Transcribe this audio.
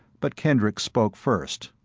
but kendricks spoke, first.